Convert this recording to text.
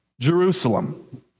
Jerusalem